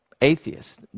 atheist